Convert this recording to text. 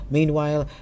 Meanwhile